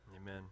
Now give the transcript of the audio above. Amen